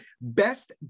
best